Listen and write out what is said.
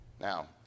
Now